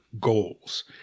goals